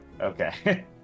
Okay